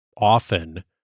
often